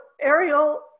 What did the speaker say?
Ariel